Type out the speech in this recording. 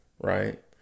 right